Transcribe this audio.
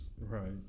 Right